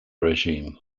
regime